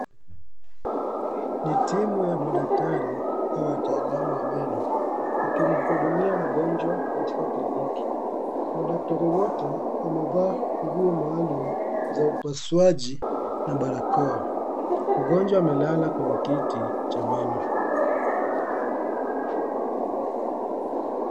Ni timu ya madaktari au wataalamu wa meno wakimhudumia mgonjwa katika kliniki. Madaktari wote wamevaa nguo maalum za upasuaji na barakoa , mgonjwa amelala kwenye kiti cha meno.